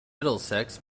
middlesex